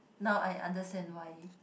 now I understand why